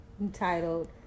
entitled